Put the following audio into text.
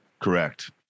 Correct